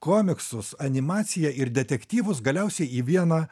komiksus animaciją ir detektyvus galiausiai į vieną